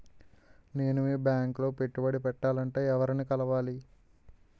నేను మీ బ్యాంక్ లో పెట్టుబడి పెట్టాలంటే ఎవరిని కలవాలి?